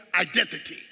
identity